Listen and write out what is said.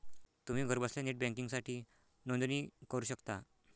तुम्ही घरबसल्या नेट बँकिंगसाठी नोंदणी करू शकता